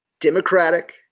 Democratic